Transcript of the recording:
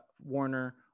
Warner